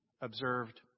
observed